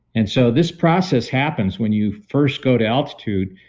and so this process happens when you first go to altitude,